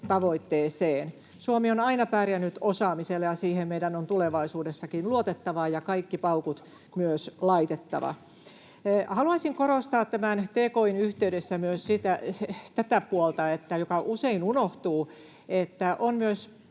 Suomi on aina pärjännyt osaamisella, ja siihen meidän on tulevaisuudessakin luotettava ja kaikki paukut myös laitettava. Haluaisin korostaa tämän tki:n yhteydessä myös tätä puolta, joka usein unohtuu, että on myös